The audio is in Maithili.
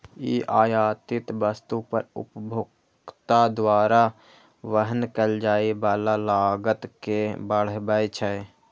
ई आयातित वस्तु पर उपभोक्ता द्वारा वहन कैल जाइ बला लागत कें बढ़बै छै